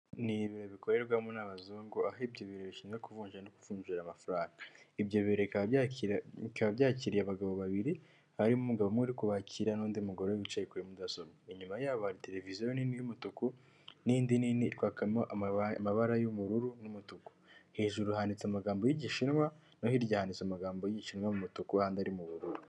N' ibintu bikorerwamo n'abazungu aho ibyo biro bishizwe ku kuvunja no kuvunjira amafaranga ,ibyo biro bikaba byakiriye abagabo babiri harimo umugabo umwe kubakira n'undi mugore wicaye kubumuso bwe, Inyuma yabo hari televiziyo nini y'umutuku n'indi nini irikwakamo amabara y'ubururu n'umutuku hejuru handitse amagambo y'igishinwa no hirya handitse amagambo y'igishinwa mutuku ahandi ari mu bururu.